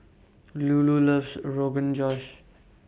Lulu loves Rogan Josh